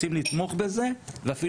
התשובה היא שצריך להתפרסם השבוע הסעיף ואז